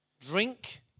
Drink